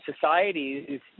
societies